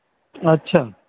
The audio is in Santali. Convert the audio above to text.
ᱟᱪᱪᱷᱟ